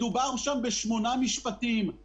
השוק בתחרות יודע לעשות את הדבר הזה הכי טוב.